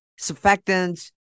surfactants